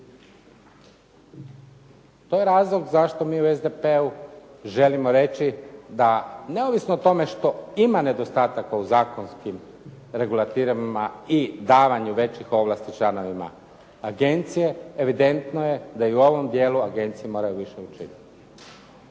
To je razlog zašto mi u SDP-u želimo reći da neovisno o tome što ima nedostataka u zakonskim regulativama i davanju većih ovlasti članovima agencije, evidentno je da i u ovom dijelu agencije moraju više učiniti.